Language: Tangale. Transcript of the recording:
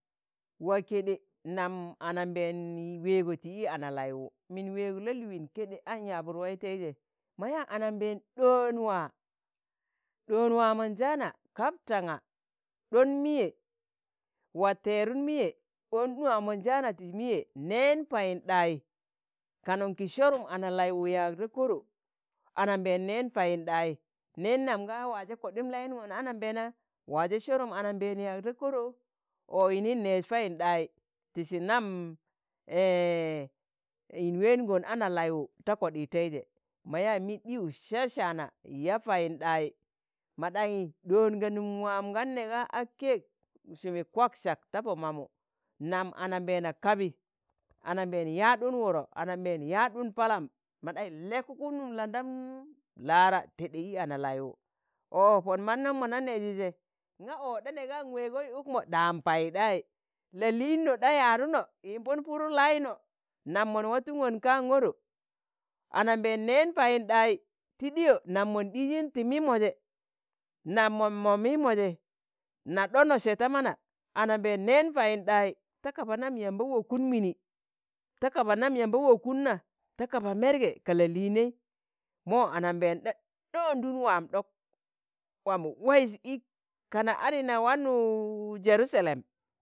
waa keɗe nam anambẹẹn weego ti i analaiwụ, min weeg la'liin keɗe aṇ yabụd waitaijẹ, ma yaa anambẹẹn ɗoon waa, ɗoon waa mọnjaana kab taṇga, ɗon miye, waa tẹrụn miye on waa mọnjaana ti miye nẹn Payinɗai, kanụn ki sọrụm analai wu yaag da koro, anambẹẹn nẹn Payinɗai, nẹn nam ga wajẹ kọɗịm layiṇgọn anambẹẹna, wajẹ sọrọm anambẹẹn yaag da koro, ọ inin nẹẹz payinɗai, ti sum nam yin weengon analaiwụ ta kọɗị tẹịjẹ, ma yaa mi ɗiwu sạa sạana, yaa payinɗai, ma ɗanyi ɗoon ga num waam gan nẹga a ke̱g, sumi kwaksak ta Pọ mamụ, nam ananbẹẹna kabi, anambẹẹn yaɗun wurọ ananbẹẹna yaɗun palam mọ ɗaṇyi lẹkụkun nụm landam laara tẹḍḍẹ i analaiwụ. ọ Pọn mannọm mọ na nẹjị jẹ, ng̣a ọ ɗa nẹga nweengoi ụkmọ ɗa nPaidai, la'liino ɗa yadụnọ yimbụn Pụrụ laino, nam mọn watuṇgọn kaan kọrọ anambẹẹn nẹẹn Payinɗai ti ɗiyo nam mọn ɗijin ti mịmọ jẹ nam mọn- mọ mịmọjẹ na ɗọnọ sẹ ta mana anambẹẹn nẹn Payinɗai, ta kaba nam yamba wokun mini, ta kaba nam yamba wokun na, ta kaba mẹrgẹ ka la'lịịnẹị, mọ anambẹẹn ɗe-ɗe ondun waam ɗọk, waa mọ waịz ịk kana adi na wanụ jerusalem,